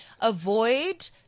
Avoid